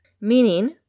meaning